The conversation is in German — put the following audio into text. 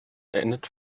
endet